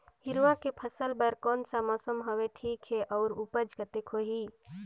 हिरवा के फसल बर कोन सा मौसम हवे ठीक हे अउर ऊपज कतेक होही?